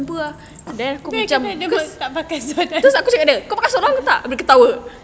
then dia tak pakai seluar dalam